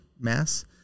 Mass